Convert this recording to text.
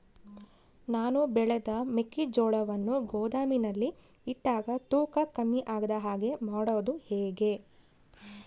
ನಾನು ಬೆಳೆದ ಮೆಕ್ಕಿಜೋಳವನ್ನು ಗೋದಾಮಿನಲ್ಲಿ ಇಟ್ಟಾಗ ತೂಕ ಕಮ್ಮಿ ಆಗದ ಹಾಗೆ ಮಾಡೋದು ಹೇಗೆ?